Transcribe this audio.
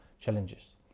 challenges